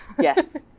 Yes